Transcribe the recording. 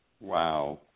wow